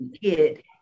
kid